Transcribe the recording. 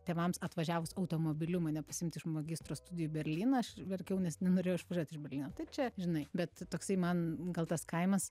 tėvams atvažiavus automobiliu mane pasiimt iš magistro studijų į berlyną aš verkiau nes nenorėjau aš išvažiuot iš berlyno tai čia žinai bet toksai man gal tas kaimas